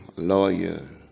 lawyer,